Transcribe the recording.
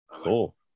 cool